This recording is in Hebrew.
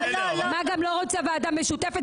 מה גם שאני לא רוצה ועדה משותפת,